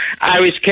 Irish